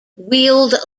wheeled